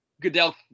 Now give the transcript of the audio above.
Goodell